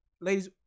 Ladies